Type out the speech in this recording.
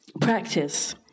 practice